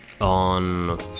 on